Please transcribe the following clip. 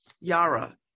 Yara